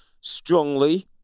strongly